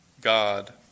God